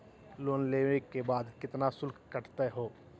Loan लेवे के बाद केतना शुल्क कटतही हो?